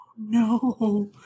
No